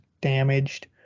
damaged